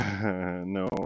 No